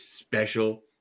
special